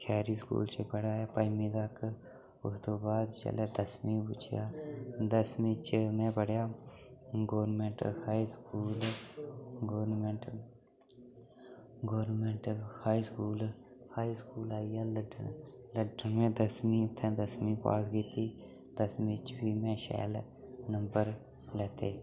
खैरी school च पढ़ेआ पंजमी तक उस दे बाद जिसलै दसमीं पुज्जेआ दसमीं च में पढ़ेआ government high school government high school high school आइया लड्डन लड्डन में दसमीं उ'त्थें दसमीं पास कीती दसमीं च फ्ही में शैल नंबर लैते